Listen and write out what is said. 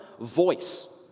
voice